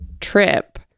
trip